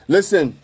Listen